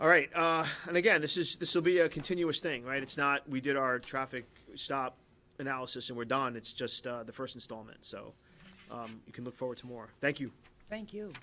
all right and again this is this will be a continuous thing right it's not we did our traffic stop analysis and we're done it's just the first installment so you can look forward to more thank you thank you